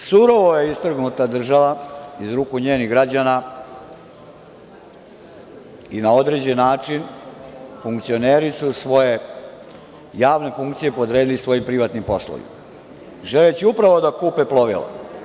Surovo je istrgnuta država iz ruku njenih građana i na određen način funkcioneri su svoje javne funkcije podredili svojim privatnim poslovima, želeći upravo da kupe plovila.